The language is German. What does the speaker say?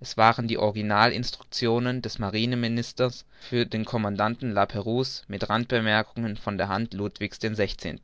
es waren die original instructionen des marine ministers für den commandanten la prouse mit randbemerkungen von der hand ludwig's xvi